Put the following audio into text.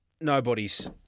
nobody's